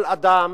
כל אדם